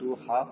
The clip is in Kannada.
00238501